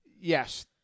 Yes